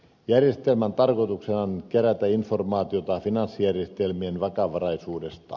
järjestelmän tarkoituksena on kerätä informaatiota finanssijärjestelmien vakavaraisuudesta